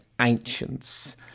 ancients